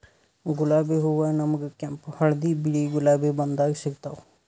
ಗುಲಾಬಿ ಹೂವಾ ನಮ್ಗ್ ಕೆಂಪ್ ಹಳ್ದಿ ಬಿಳಿ ಗುಲಾಬಿ ಬಣ್ಣದಾಗ್ ಸಿಗ್ತಾವ್